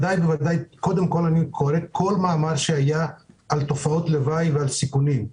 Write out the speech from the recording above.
אני קורא כל מאמר שיוצא לגבי תופעות הלוואי והסיכונים,